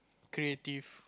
creative